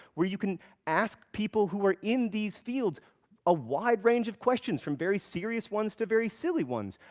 where you can ask people who are in these fields a wide range of questions, from very serious ones to very silly ones.